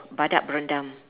badak berendam